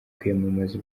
kwiyamamaza